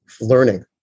learning